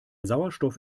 sauerstoff